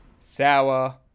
sour